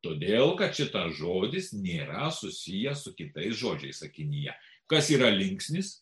todėl kad šitas žodis nėra susijęs su kitais žodžiais sakinyje kas yra linksnis